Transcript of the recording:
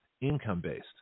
income-based